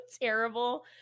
terrible